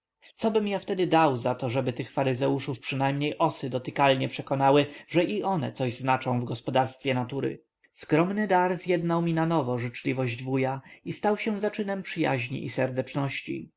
połowu cobym ja wtedy dał za to aby tych faryzeuszów przynajmniej osy dotykalnie przekonały że i one coś znaczą w gospodarstwie natury skromny dar zjednał mi nanowo życzliwość wuja i stał się zaczynem przyjaźni i serdeczności